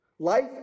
Life